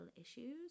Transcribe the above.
issues